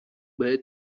بهت